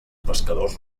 pescadors